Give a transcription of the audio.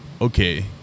okay